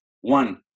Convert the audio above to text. One